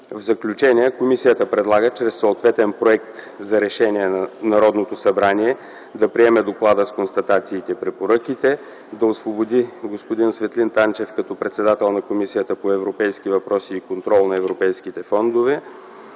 В заключение: 1. Комисията предлага чрез съответен проект за решение Народното събрание: 1.1. Да приеме доклада с констатациите и препоръките. 1.3 Да освободи господин Светлин Танчев като председател на Комисията по европейски въпроси и контрол на европейските фондове.